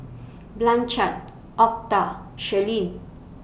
Blanchard Octa Shirleen